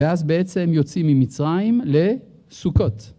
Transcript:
‫ואז בעצם יוצאים ממצרים לסוכות.